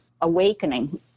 awakening